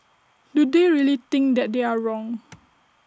do they really think that they are wrong